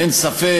אין ספק,